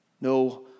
No